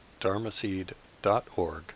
dharmaseed.org